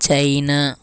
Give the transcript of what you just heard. China